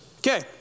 Okay